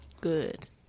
Good